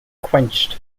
quenched